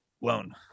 Loan